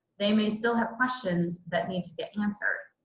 they may still have questions that need to get answered.